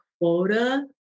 quota